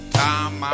time